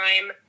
time